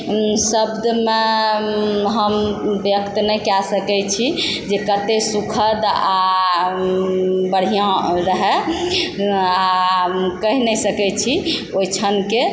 शब्दमे हम व्यक्त नहि कए सकय छी जे कते सुखद आओर बढ़िआँ रहय आओर कहि नहि सकय छी ओइ क्षणके